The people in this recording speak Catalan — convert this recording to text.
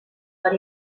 per